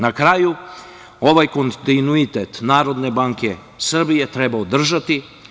Na kraju, ovaj kontinuitet Narodne banke Srbije treba održati.